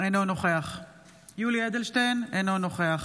אינו נוכח יולי יואל אדלשטיין, אינו נוכח